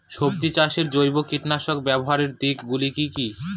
সবজি চাষে জৈব কীটনাশক ব্যাবহারের দিক গুলি কি কী?